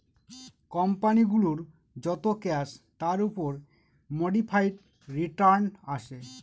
company গুলোর যত cash তার উপর মোডিফাইড রিটার্ন আসে